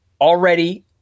already